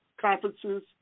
conferences